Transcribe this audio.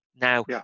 Now